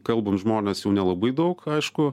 kalbam žmonės jau nelabai daug aišku